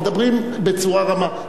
מדברים בצורה רמה.